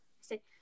Say